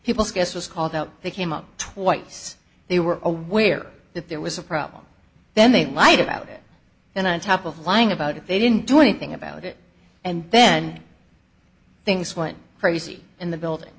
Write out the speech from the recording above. people guess was called out they came up twice they were aware that there was a problem then they lied about it and on top of lying about it they didn't do anything about it and then things went crazy in the building